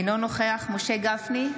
אינו נוכח משה גפני,